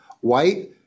White